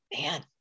man